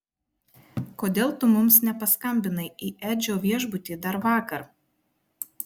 kodėl tu mums nepaskambinai į edžio viešbutį dar vakar